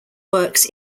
works